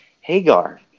Hagar